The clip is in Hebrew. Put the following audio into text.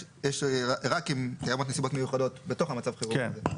ורק אם יש נסיבות מיוחדות בתוך מצב החירום.